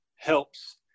helps